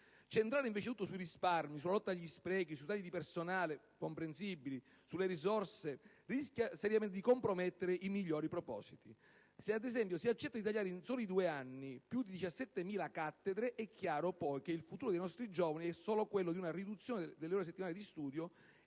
Centrare invece tutto sui risparmi, sulla lotta agli sprechi, sui tagli di personale (comprensibili) e sulle risorse rischia di compromettere seriamente i migliori propositi. Se, ad esempio, si accetta di tagliare in soli due anni più di 17.000 cattedre è chiaro che il futuro dei nostri giovani è solo quello di una riduzione delle ore settimanali di studio